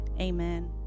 Amen